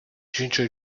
ginger